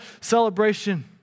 celebration